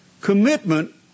Commitment